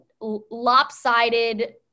lopsided